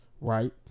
Right